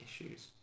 issues